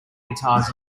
guitars